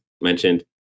mentioned